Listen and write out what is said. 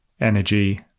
energy